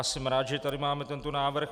Jsem rád, že tady máme tento návrh.